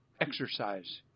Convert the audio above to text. Exercise